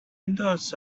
windows